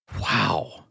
Wow